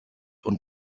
und